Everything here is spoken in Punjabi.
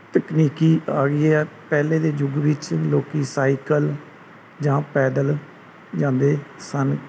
ਤਕਨੀਕ ਆ ਗਈ ਹੈ ਪਹਿਲੇ ਦੇ ਯੁੱਗ ਵਿੱਚ ਲੋਕ ਸਾਈਕਲ ਜਾਂ ਪੈਦਲ ਜਾਂਦੇ ਸਨ